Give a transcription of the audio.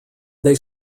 they